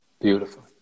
Beautiful